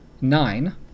nine